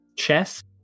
chess